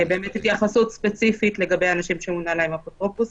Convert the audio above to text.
התייחסות ספציפית לגבי אנשים שמונה להם אפוטרופוס,